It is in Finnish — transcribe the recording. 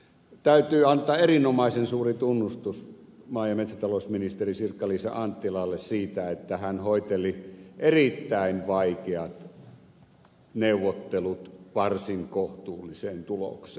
täytyy antaa erinomaisen suuri tunnustus maa ja metsätalousministeri sirkka liisa anttilalle siitä että hän hoiteli erittäin vaikeat neuvottelut varsin kohtuulliseen tulokseen